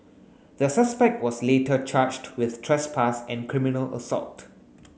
the suspect was later charged with trespass and criminal assault